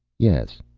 yes.